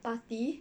party